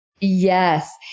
Yes